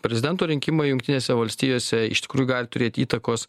prezidento rinkimai jungtinėse valstijose iš tikrųjų gali turėti įtakos